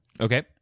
Okay